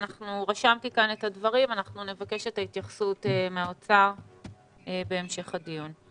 רשמתי כאן את הדברים ונבקש את ההתייחסות של האוצר בהמשך הדיון.